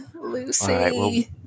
Lucy